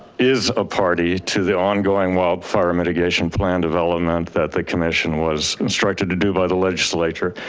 is a party to the ongoing wildfire mitigation plan development that the commission was instructed to do by the legislature.